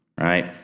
right